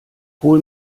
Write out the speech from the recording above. hol